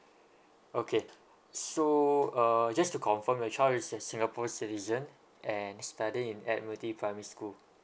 okay so uh just to confirm your child is a singapore citizen and studying in admiralty primary school